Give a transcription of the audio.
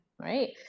right